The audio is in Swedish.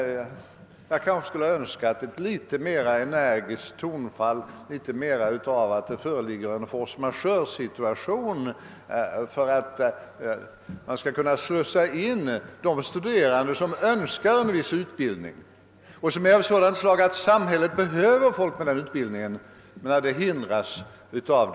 Jag skulle kanske ha önskat ett litet mer energiskt tonfall, ett litet starkare betonande av att det måste föreligga en force majeuresituation för att man skall begränsa utbildningsmöjligheterna för dem som önskar en viss utbildning av ett slag som samhället har behov av.